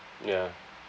ya